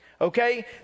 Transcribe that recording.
Okay